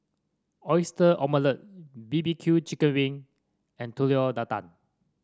Oyster Omelette B B Q chicken wing and Telur Dadah